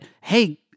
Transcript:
hey